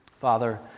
Father